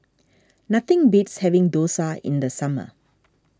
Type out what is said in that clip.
nothing beats having Dosa in the summer